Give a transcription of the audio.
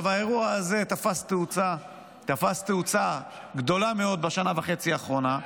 האירוע הזה תפס תאוצה גדולה מאוד בשנה וחצי האחרונה,